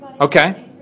Okay